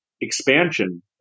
expansion